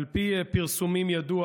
על פי הפרסומים ידוע